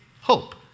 hope